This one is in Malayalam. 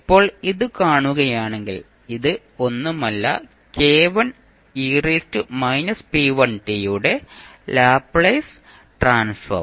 ഇപ്പോൾ ഇത് കാണുകയാണെങ്കിൽ ഇത് ഒന്നുമല്ല യുടെ ലാപ്ലേസ് ട്രാൻസ്ഫോം